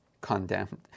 condemned